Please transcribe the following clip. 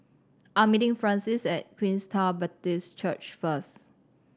I'm meeting Francine at Queenstown Baptist Church first